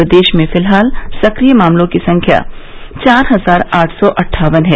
प्रदेश में फिलहाल सक्रिय मामलों की संख्या चार हजार आठ सौ अट्ठावन है